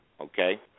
Okay